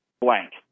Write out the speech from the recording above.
blank